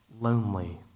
lonely